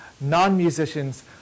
Non-musicians